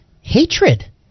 hatred